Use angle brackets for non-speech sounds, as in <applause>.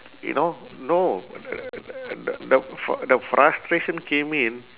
you know no <noise> the f~ the frustration came in